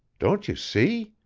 don't you see?